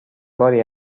باری